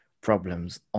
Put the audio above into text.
problems